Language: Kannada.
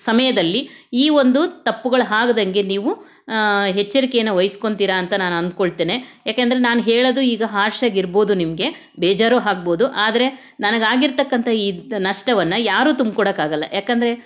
ಸಮಯದಲ್ಲಿ ಈ ಒಂದು ತಪ್ಪುಗಳು ಆಗ್ದಂಗೆ ನೀವು ಎಚ್ಚರಿಕೆಯನ್ನು ವಹಿಸ್ಕೊಳ್ತೀರ ಅಂತ ನಾನು ಅಂದ್ಕೊಳ್ತೇನೆ ಯಾಕಂದರೆ ನಾನು ಹೇಳೋದು ಈಗ ಹಾರ್ಷಾಗಿರ್ಬೋದು ನಿಮಗೆ ಬೇಜಾರೂ ಆಗ್ಬೋದು ಆದರೆ ನನಗೆ ಆಗಿರತಕ್ಕಂಥ ಈ ನಷ್ಟವನ್ನು ಯಾರೂ ತುಂಬ್ಕೊಡೋಕ್ಕಾಗಲ್ಲ ಯಾಕಂದರೆ